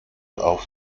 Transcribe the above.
auf